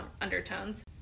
undertones